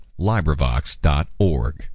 librivox.org